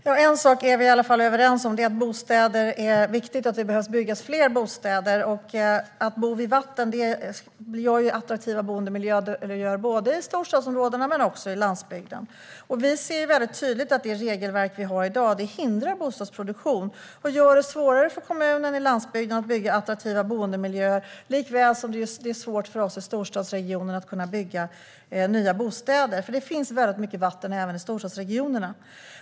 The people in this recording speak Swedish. Fru talman! En sak är vi i alla fall överens om, och det är att det behöver byggas fler bostäder. Bostäder vid vatten är attraktiva boendemiljöer både i storstadsområdena och på landsbygden. Vi ser väldigt tydligt att det regelverk vi har i dag hindrar bostadsproduktion och gör det svårare för kommuner på landsbygden att bygga attraktiva boendemiljöer, likaväl som det är svårt för oss i storstadsregionerna att kunna bygga nya bostäder. Det finns ju mycket vatten även i storstadsregionerna.